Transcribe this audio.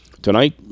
Tonight